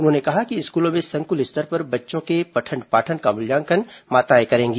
उन्होंने कहा कि स्कूलों में संकुल स्तर पर बच्चों के पठन पाठन का मूल्यांकन माताएं करेंगी